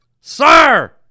Sir